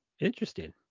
interesting